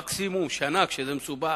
מקסימום שנה, כשזה מסובך,